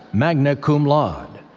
magna cum laude.